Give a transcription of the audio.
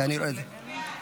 11 בעד,